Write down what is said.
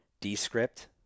Descript